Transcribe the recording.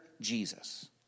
Jesus